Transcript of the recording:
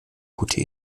gute